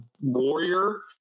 warrior